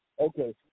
Okay